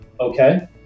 okay